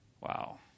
Wow